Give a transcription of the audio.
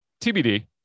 TBD